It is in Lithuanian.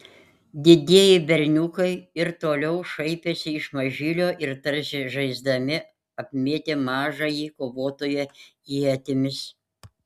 didieji berniukai ir toliau šaipėsi iš mažylio ir tarsi žaisdami apmėtė mažąjį kovotoją ietimis